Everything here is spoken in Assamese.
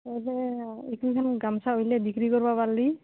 এই যে এইকেইখন গামোচা উলিয়াই বিক্ৰী কৰিব পাৰিলে